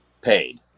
paid